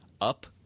up